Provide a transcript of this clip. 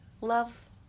love